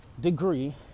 degree